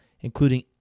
including